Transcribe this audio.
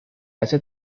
hace